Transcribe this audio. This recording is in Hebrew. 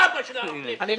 המתנחלים.